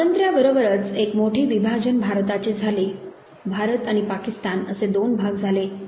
स्वातंत्र्या बरोबरच एक मोठे विभाजन भारताचे झाले भारत आणि पाकिस्तान असे दोन भाग झाले